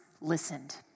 listened